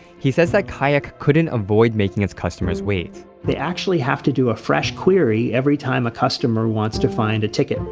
he says that kayak couldn't avoid making its customers wait they actually have to do a fresh query every time a customer wants to find a ticket,